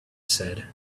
said